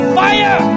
fire